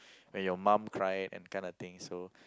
where your mum cried and kind of thing so